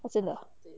oh 真的啊